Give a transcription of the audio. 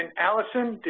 and allison,